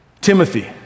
Timothy